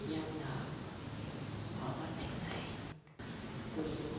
ꯌꯥꯝꯅ ꯑꯋꯥꯕ ꯊꯦꯡꯅꯩ ꯑꯗꯨ